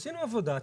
עשינו עבודה,